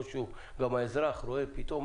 גם האזרח רואה פתאום,